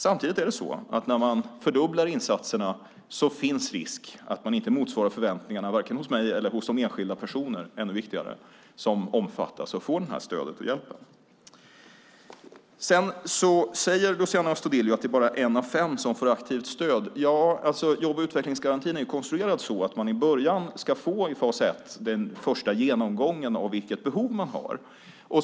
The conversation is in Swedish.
Samtidigt är det så att när man fördubblar insatserna finns risken att man inte motsvarar förväntningarna hos mig eller hos de enskilda personer, vilket är ännu viktigare, som omfattas och får det här stödet och den här hjälpen. Luciano Astudillo säger att det bara är en av fem som får aktivt stöd. Jobb och utvecklingsgarantin är konstruerad så att man i fas ett ska få en första genomgång av vilket behov man har.